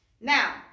Now